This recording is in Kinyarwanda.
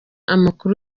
amakuru